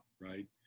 right